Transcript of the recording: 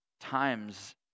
times